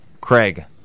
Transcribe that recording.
Craig